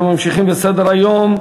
אנחנו ממשיכים בסדר-היום.